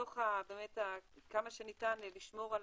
תוך באמת כמה שניתן לשמור על